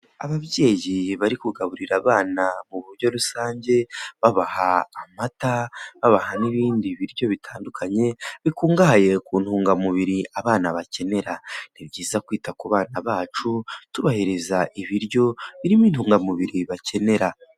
Ababyeyi bari kugaburira abana mu buryo rusange babaha amata babaha n'ibindi biryo bitandukanye bikungahaye ku ntungamubiri abana bakenera ni byiza kwita ku bana bacu tubaheriza ibiryo birimo intungamubiri bakenera.